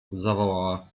zawołała